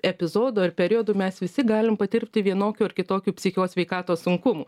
epizodu ar periodu mes visi galim patirti vienokių ar kitokių psicho sveikatos sunkumų